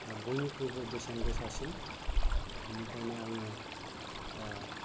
बयनिख्रुइबो बेसेन गोसासिन बेनिखायनो आङो